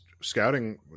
scouting